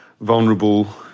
vulnerable